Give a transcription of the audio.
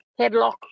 headlock